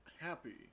happy